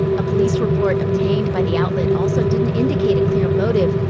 a police report obtained by the outlet also didn't indicate a clear motive,